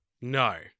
No